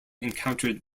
encountered